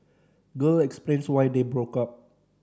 girl explains why they broke up